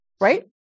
Right